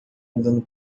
andando